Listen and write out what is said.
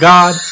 God